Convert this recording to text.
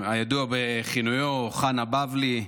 הידוע בכינויו "חנה בבלי",